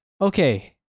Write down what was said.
Okay